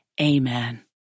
Amen